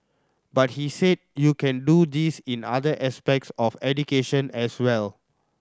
but he said you can do this in other aspects of education as well